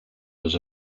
was